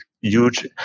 huge